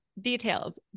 details